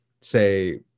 say